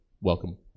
Welcome